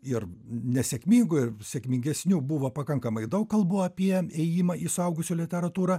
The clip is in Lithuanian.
ir nesėkmingų ir sėkmingesnių buvo pakankamai daug kalbų apie ėjimą į suaugusių literatūrą